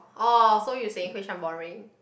oh so you saying Hui Shan boring